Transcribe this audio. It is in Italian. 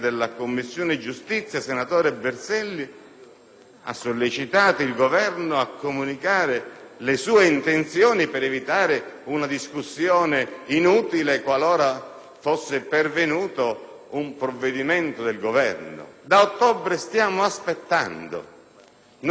ha sollecitato il Governo a comunicare le sue intenzioni per evitare una discussione inutile qualora fosse pervenuto un provvedimento del Governo. Da ottobre stiamo aspettando, non abbiamo avuto neanche una risposta,